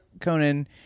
Conan